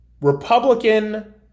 Republican